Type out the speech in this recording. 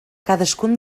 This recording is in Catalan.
cadascun